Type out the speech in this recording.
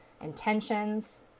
intentions